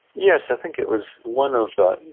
yes, i think it was one of the,